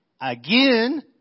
again